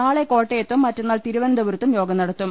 നാളെ കോട്ടയത്തും മറ്റന്നാൾ തിരുവനന്തപുരത്തും യോഗം നടക്കും